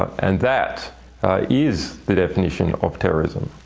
and that is the definition of terrorism.